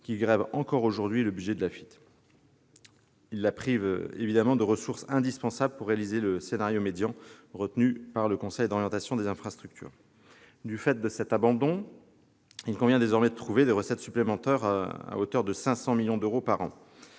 qui grèvent encore aujourd'hui le budget de l'AFITF et la privent évidemment des ressources indispensables pour réaliser le scénario médian retenu par le COI. Du fait de cet abandon, il convient désormais de trouver des recettes supplémentaires, à hauteur de 500 millions d'euros par an.